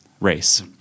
race